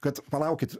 kad palaukit